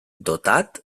dotat